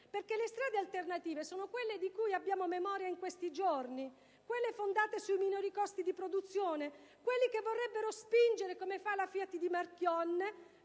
- le strade alternative sono quelle di cui abbiamo memoria in questi giorni: quelle fondate sui minori costi di produzione, quelle che vorrebbero spingere, come fa la FIAT di Marchionne,